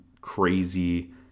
crazy